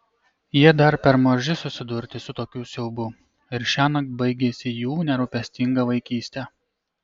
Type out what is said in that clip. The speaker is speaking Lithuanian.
jie dar per maži susidurti su tokiu siaubu ir šiąnakt baigiasi jų nerūpestinga vaikystė